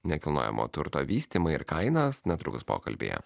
nekilnojamo turto vystymą ir kainas netrukus pokalbyje